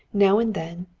now and then,